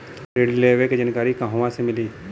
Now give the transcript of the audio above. ऋण लेवे के जानकारी कहवा से मिली?